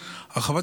יבדוק.